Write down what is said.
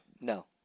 No